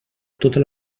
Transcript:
tota